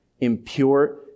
impure